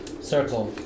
circle